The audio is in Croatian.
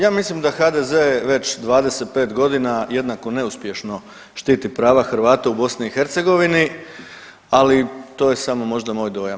Ja mislim da HDZ već 25 godina jednako neuspješno štiti prava Hrvata u BiH, ali to je samo možda moj dojam.